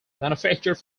manufactured